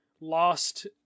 lost